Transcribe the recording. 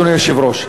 אדוני היושב-ראש,